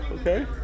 okay